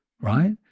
right